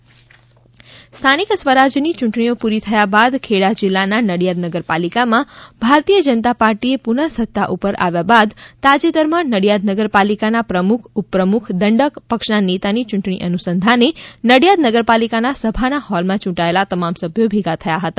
નડીયાદ ચુંટણી સ્થાનિક સ્વરાજની ચૂંટણીઓ પુરી થયા બાદ ખેડા જિલ્લાના નડિયાદ નગરપાલિકામાં ભારતીય જનતા પાર્ટીએ પુનઃ સત્તા ઉપર આવ્યા બાદ તાજેતરમાં નડિયાદ નગરપાલિકા ના પ્રમુખ ઉપપ્રમુખ દંડક પક્ષના નેતાની ચૂંટણી અનુસંધાને નડિયાદ નગરપાલિકાના સભામાં હોલમાં યૂંટાયેલા તમામ સભ્યો ભેગા થયા હતા